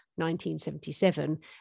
1977